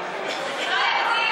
ואיפה הוא